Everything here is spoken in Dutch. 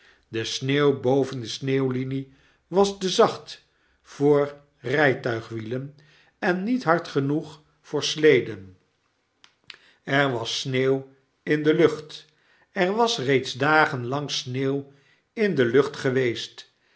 de sneeuw boven desneeuwliniewas te zacht voor rgtuigwielen en niet hard genoeg voor sleden er was sneeuw in de lucht er was reeds dagen lang sneeuw in de lucht geweest